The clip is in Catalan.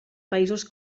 països